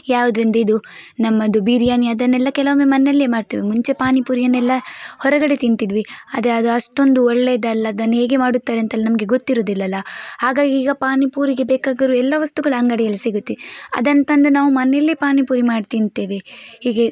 ಯಾವುದಂದರೆ ಇದು ನಮ್ಮದು ಬಿರಿಯಾನಿ ಅದನ್ನೆಲ್ಲ ಕೆಲವೊಮ್ಮೆ ಮನೆಯಲ್ಲೇ ಮಾಡ್ತೇವೆ ಮುಂಚೆ ಪಾನಿಪುರಿಯನ್ನೆಲ್ಲ ಹೊರಗಡೆ ತಿಂತಿದ್ವಿ ಆದರೆ ಅದು ಅಷ್ಟೊಂದು ಒಳ್ಳೆಯದಲ್ಲ ಅದನ್ನು ಹೇಗೆ ಮಾಡುತ್ತಾರೆ ಅಂತೆಲ್ಲ ನಮಗೆ ಗೊತ್ತಿರುದಿಲ್ಲಲ್ಲ ಹಾಗಾಗಿ ಈಗ ಪಾನಿಪುರಿಗೆ ಬೇಕಾಗಿರುವ ಎಲ್ಲ ವಸ್ತುಗಳು ಅಂಗಡಿಯಲ್ಲಿ ಸಿಗುತ್ತೆ ಅದನ್ ತಂದು ನಾವು ಮನೆಯಲ್ಲೇ ಪಾನಿಪುರಿ ಮಾಡಿ ತಿಂತೇವೆ ಹೀಗೆ